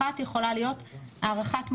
אחת יכולה להיות הארכת מועדים,